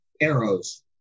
arrows